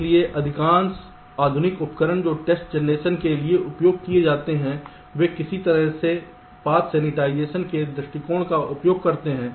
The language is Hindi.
इसलिए अधिकांश आधुनिक उपकरण जो टेस्ट जनरेशन के लिए उपयोग किए जाते हैं वे किसी तरह के पाथ सैनिटाइजेशन के दृष्टिकोण का उपयोग करते हैं